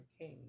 king